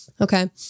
Okay